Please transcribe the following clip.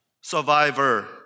survivor